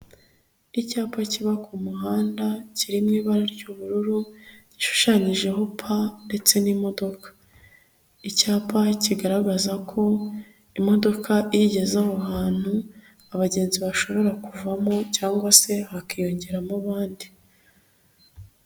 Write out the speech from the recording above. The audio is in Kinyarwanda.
Icyapa kiba ku muhanda kirimo ibara ry'ubururu gishushanyijeho pa ndetse n'imodoka. Icyapa kigaragaza ko imodoka igeze aho hantu, abagenzi bashobora kuvamo cyangwa se hakiyongeramo abandi.